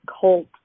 cult